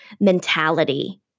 mentality